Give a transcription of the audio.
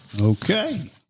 Okay